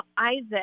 Isaac